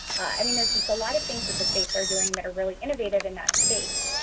i mean there's just a lot of things that the states are doing that are really innovating in that space.